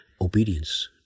obedience